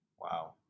Wow